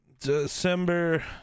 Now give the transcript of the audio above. December